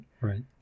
right